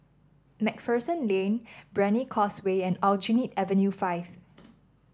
MacPherson Lane Brani Causeway and Aljunied Avenue Five